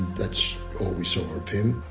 that's all we saw of him.